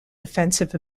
defensive